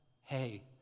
Hey